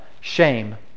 shame